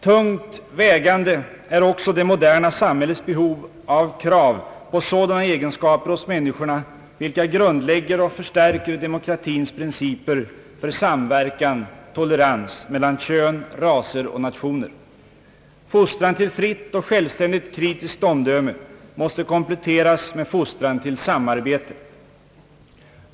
Tungt vägande är också det moderna samhällets behov av krav på sådana egenskaper hos människorna, vilka grundlägger och förstärker demokratins principer för samverkan och tolerans mellan kön, raser och nationer. Fostran till fritt och självständigt kritiskt omdöme måste kompletteras med fostran till samarbete.